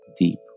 deep